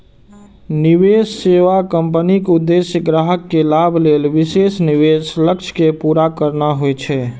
निवेश सेवा कंपनीक उद्देश्य ग्राहक के लाभ लेल विशेष निवेश लक्ष्य कें पूरा करना होइ छै